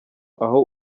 aho